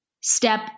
step